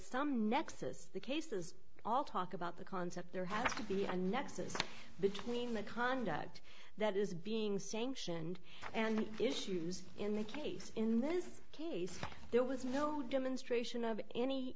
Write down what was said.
some nexus the case is all talk about the concept there has to be a nexus between the conduct that is being sanctioned and the issues in the case in this case there was no demonstration of any